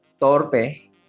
torpe